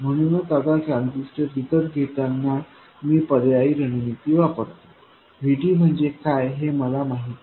म्हणूनच आता ट्रान्झिस्टर विकत घेताना मी पर्यायी रणनीती वापरतो VT म्हणजे काय हे मला माहित नाही